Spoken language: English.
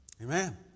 Amen